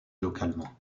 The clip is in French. localement